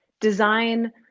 design